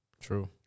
True